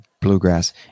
bluegrass